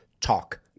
talk